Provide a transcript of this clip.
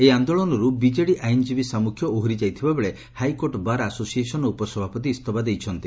ଏହି ଆନ୍ଦୋଳନରୁ ବିଜେଡ଼ି ଆଇନଜୀବୀ ସାମୁଖ୍ୟ ଓହରି ଯାଇଥିବା ବେଳେ ହାଇକୋର୍ଟ ବାର୍ ଆସୋସିଏସନ୍ର ଉପସଭାପତି ଇସ୍ତଫା ଦେଇଛନ୍ତି